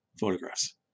photographs